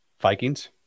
Vikings